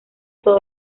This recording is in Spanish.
todo